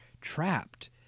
trapped